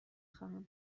خواهم